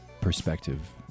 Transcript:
perspective